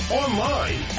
online